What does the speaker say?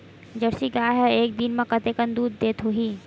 Jersey गाय ह एक दिन म कतेकन दूध देत होही?